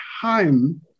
time